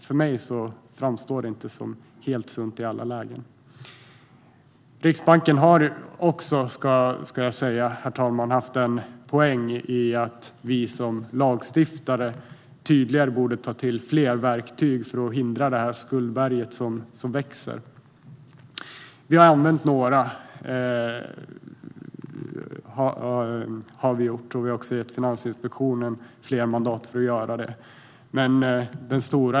För mig framstår det inte som helt sunt i alla lägen. Jag ska säga att Riksbanken har haft en poäng i att vi som lagstiftare tydligare borde ta till fler verktyg för att hindra det skuldberg som växer, herr talman. Vi har använt några verktyg, och vi har gett Finansinspektionen fler mandat att göra det.